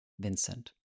Vincent